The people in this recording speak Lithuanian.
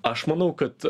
aš manau kad